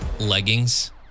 leggings